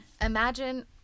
imagine